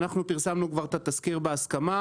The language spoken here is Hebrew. פרסמנו כבר את התזכיר בהסכמה,